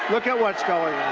look at what's going